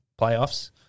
playoffs